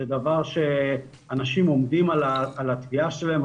זה דבר שאנשים עומדים על התביעה שלהם.